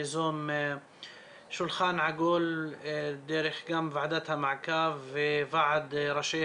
ניזום שולחן עגול גם דרך ועדת המעקב וועד ראשי